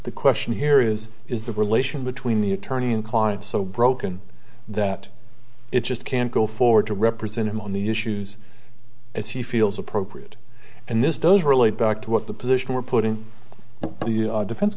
the question here is is the relation between the attorney and client so broken that it just can't go forward to represent him on the issues as he feels appropriate and this does relate back to what the position we're putting the defense